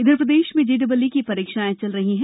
इधर प्रदेश में जेईई की परीक्षाएं चल रही है